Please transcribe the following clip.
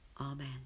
Amen